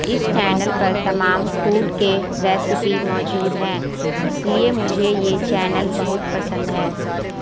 اس channel پر تمام food کے ریسیپی موجود ہیں اس لیے مجھے یہ چینل بہت پسند ہے